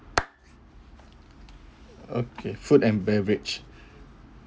okay food and beverage